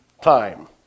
time